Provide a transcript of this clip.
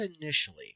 initially